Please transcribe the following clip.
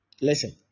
Listen